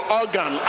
organ